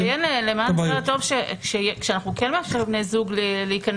אני אציין למען הסדר הטוב שכאשר אנחנו כן מאפשרים לבני זוג להיכנס,